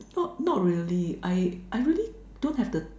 no not really I I really don't have the